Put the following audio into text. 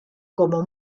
como